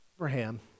Abraham